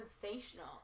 sensational